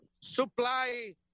supply